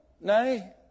nay